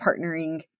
partnering